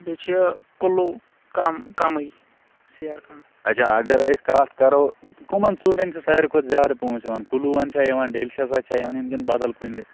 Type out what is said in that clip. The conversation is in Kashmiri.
بیٚیہِ چھِ کُلو کَم کَیٚنٛہہ سیر کھنٛڈ